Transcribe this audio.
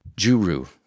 Juru